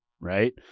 right